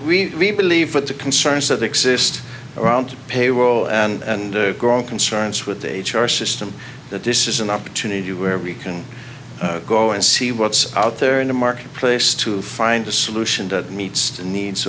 so we believe that the concerns that exist around payroll and growing concerns with h r system that this is an opportunity where we can go and see what's out there in the marketplace to find a solution that meets the needs